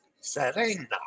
Serena